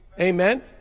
Amen